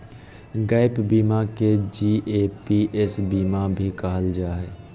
gap बीमा के GAPS बीमा भी कहल जा हय